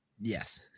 Yes